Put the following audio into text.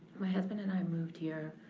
my husband and i moved here